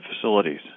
facilities